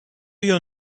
you